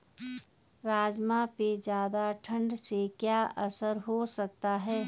राजमा पे ज़्यादा ठण्ड से क्या असर हो सकता है?